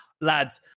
lads